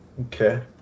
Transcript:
Okay